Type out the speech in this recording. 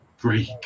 break